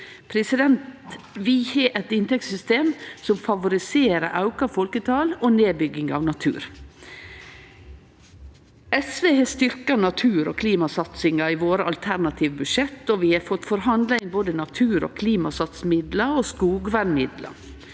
kommunen. Vi har eit inntektssystem som favoriserer auka folketal og nedbygging av natur. SV har styrkt natur- og klimasatsinga i våre alternative budsjett, og vi har fått forhandla inn både natur- og klimasatsingsmidlar og skogvernmidlar,